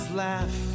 laugh